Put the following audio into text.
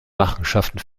machenschaften